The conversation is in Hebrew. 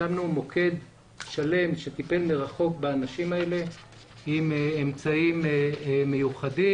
הקמנו מוקד שלם שטיפל מרחוק באנשים האלה ועשה זאת באמצעים מיוחדים.